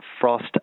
frost